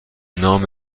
نام